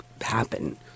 happen